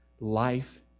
Life